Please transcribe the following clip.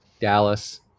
Dallas